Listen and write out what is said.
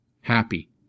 happy